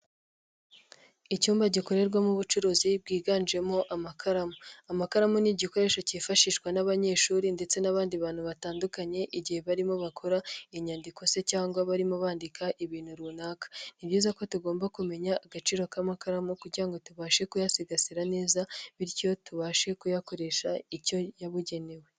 Icyumba gikorerwamo ubucuruzi bwiganjemo amakaramu. Amakaramu ni igikoresho cyifashishwa n'abanyeshuri ndetse n'abandi bantu batandukanye, igihe barimo bakora inyandiko se cyangwa barimo bandika ibintu runaka. Ni byiza ko tugomba kumenya agaciro k'amakaramu kugira ngo tubashe kuyasigasira neza bityo tubashe kuyakoresha icyo yabugenewe.